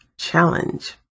challenge